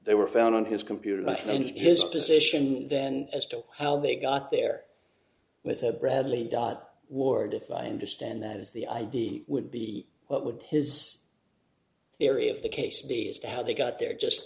they were found on his computer and his position then as to how they got there with a bradley dot ward if i understand that was the idea he would be what would his the area of the case be as to how they got there just